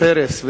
פרסם,